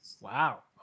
Wow